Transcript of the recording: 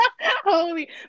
holy